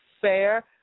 fair